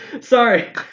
Sorry